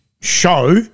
show